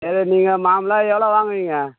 அது நீங்கள் மாமுல்லா எவ்வளோ வாங்குவிங்க